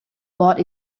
bought